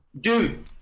Dude